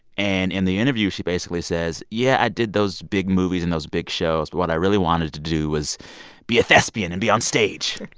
and in the interview, she basically says, yeah, i did those big movies and those big shows, but what i really wanted to do was be a thespian and be on stage